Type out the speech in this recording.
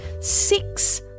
six